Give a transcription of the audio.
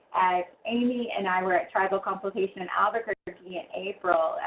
amy and i were at tribal complication in albuquerque in april,